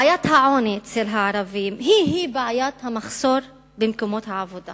בעיית העוני אצל הערבים היא בעיית המחסור במקומות עבודה.